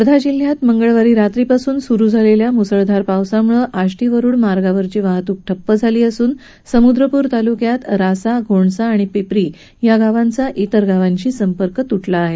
वर्धा जिल्ह्यात मंगळवारी रात्री पासून सुरू असलेल्या मुसळधार पावसामुळे आष्टी वरुड मार्गावरील वाहतूक ठप्प झाली असून समुद्रपूर तालुक्यातल्या रासा घोणसा पिपरी या गावांचा इतर गावांशी संपर्क तूटला आहे